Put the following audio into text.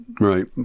Right